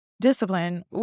discipline